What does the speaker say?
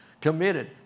Committed